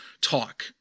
talk